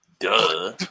Duh